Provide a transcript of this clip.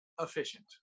efficient